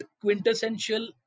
quintessential